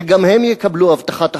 שגם הם יקבלו הבטחת הכנסה,